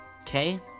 Okay